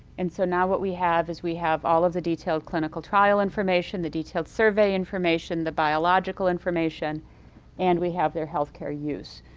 and so now what we have is we have all of the detailed clinical trial information, the detailed survey information, the biological information and we have their healthcare use.